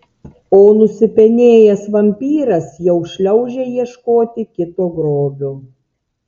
o nusipenėjęs vampyras jau šliaužia ieškoti kito grobio